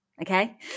Okay